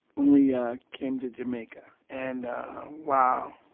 we ah came to jamaica. and wow,